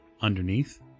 underneath